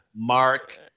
Mark